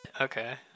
Okay